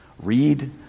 Read